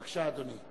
בבקשה, אדוני.